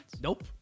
Nope